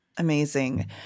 Amazing